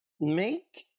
Make